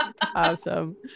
awesome